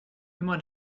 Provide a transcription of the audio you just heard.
immer